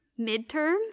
midterms